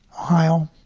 ohio.